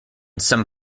some